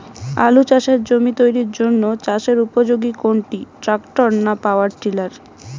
আলু চাষের জমি তৈরির জন্য চাষের উপযোগী কোনটি ট্রাক্টর না পাওয়ার টিলার?